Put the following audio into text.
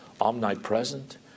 omnipresent